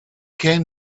came